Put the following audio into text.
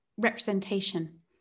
Representation